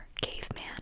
caveman